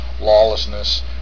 lawlessness